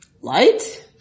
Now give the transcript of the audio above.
light